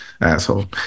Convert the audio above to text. asshole